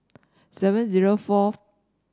seven zero fourth